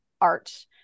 art